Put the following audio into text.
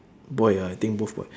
boy ah I think both boy